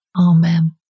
Amen